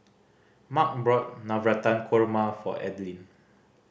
Mark bought Navratan Korma for Adaline